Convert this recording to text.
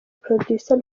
producer